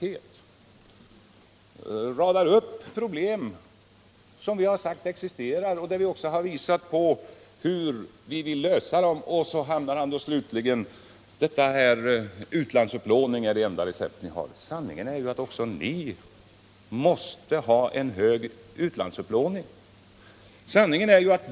Han radar upp problem som vi är ense om existerar. Vi har redovisat hur vi vill lösa dessa problem, men Olof Palme återkommer till att regeringens enda recept är utlandsupplåningen. Sanningen är ju att också socialdemokraterna måste ha en hög utlandsupplåning.